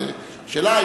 השאלה,